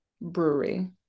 brewery